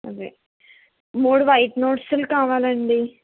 అదే మూడు వైట్ నోట్స్లు కావాలి అండి